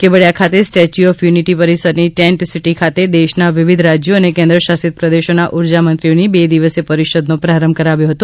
કેવડીયા ખાતે Statue of Unity પરિસરની tent city ખાતે દેશના વિવિધ રાજયો અને કેન્દ્રશાસિત પ્રદેશોના ઉર્જામંત્રીઓની બે દિવસીય પરિષદનો પ્રારંભ કરાવ્યો હતો